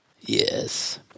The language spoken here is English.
Yes